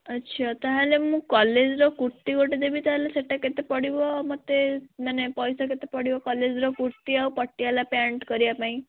ଆଚ୍ଛା ତା' ହେଲେ ମୁଁ କଲେଜର କୁର୍ତ୍ତି ଗୋଟେ ଦେବି ତାହା ହେଲେ ସେଇଟା କେତେ ପଡ଼ିବ ମୋତେ ମାନେ ପଇସା କେତେ ପଡ଼ିବ କଲେଜର କୁର୍ତ୍ତି ଆଉ ପଟିଆଲା ପ୍ୟାଣ୍ଟ କରିବା ପାଇଁ